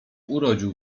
urodził